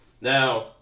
Now